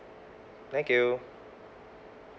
thank you